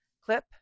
clip